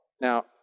Now